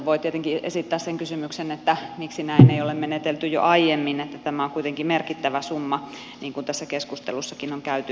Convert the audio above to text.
voi tietenkin esittää kysymyksen miksi näin ei ole menetelty jo aiemmin tämä on kuitenkin merkittävä summa niin kuin tässä keskustelussakin on käynyt ilmi